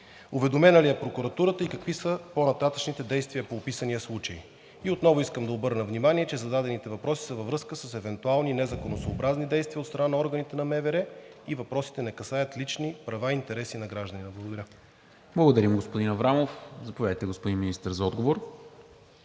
Уведомена ли е прокуратурата и какви са по-нататъшните действия по описания случай? Отново искам да обърна внимание, че зададените въпроси са във връзка с евентуални незаконосъобразни действия от страна на органите на МВР и въпросите не касаят лични права или интереси на гражданина. Благодаря. ПРЕДСЕДАТЕЛ НИКОЛА МИНЧЕВ: Благодаря, господин Аврамов.